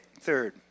third